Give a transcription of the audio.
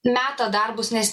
meta darbus nes